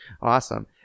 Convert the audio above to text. Awesome